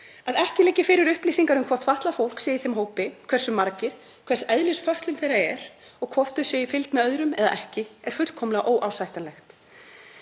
Að ekki liggi fyrir upplýsingar um hvort fatlað fólk sé í þeim hópi, hversu margir, hvers eðlis fötlun þeirra er og hvort þau séu í fylgd með öðrum eða ekki, er fullkomlega óásættanlegt.